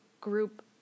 group